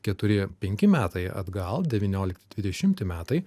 keturi penki metai atgal devyniolikti dvidešimti metai